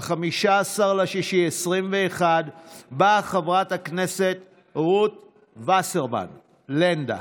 15 ביוני 2021, בא חבר הכנסת מופיד מרעי,